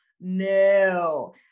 No